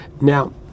now